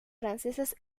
francesas